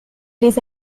les